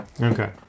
Okay